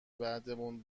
بعدمون